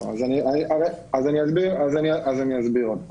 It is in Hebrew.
אני אסביר עוד פעם.